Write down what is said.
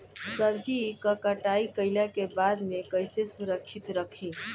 सब्जी क कटाई कईला के बाद में कईसे सुरक्षित रखीं?